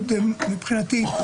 מבחינתי,